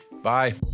Bye